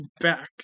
back